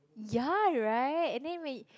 yeah right and then when you